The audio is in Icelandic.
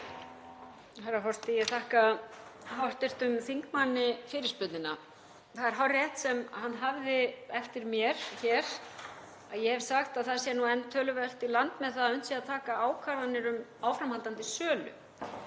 Herra forseti. Ég þakka hv. þingmanni fyrirspurnina. Það er hárrétt sem hann hafði eftir mér, að ég hef sagt að það sé enn töluvert í land með það að unnt sé að taka ákvarðanir um áframhaldandi sölu.